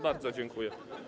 Bardzo dziękuję.